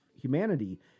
humanity